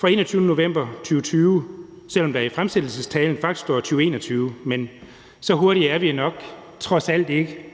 den 21. november 2020, selv om der i fremsættelsestalen faktisk står 2021. Men så hurtige er vi nok trods alt ikke.